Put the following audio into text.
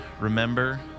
Remember